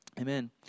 amen